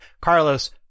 Carlos